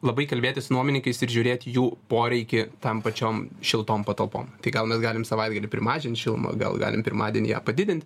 labai kalbėtis su nuomininkais ir žiūrėti jų poreikį tam pačiom šiltom patalpom tai gal mes galim savaitgalį primažint šilumą gal galim pirmadienį ją padidint